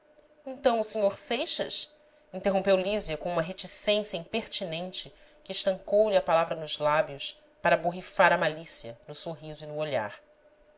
o sr seixas interrompeu lísia com uma reticência impertinente que estancou lhe a palavra nos lábios para borrifar a malícia no sorriso e no olhar